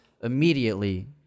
immediately